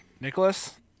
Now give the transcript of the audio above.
Nicholas